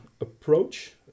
approach